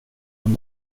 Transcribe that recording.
hon